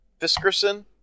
Fiskerson